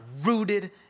rooted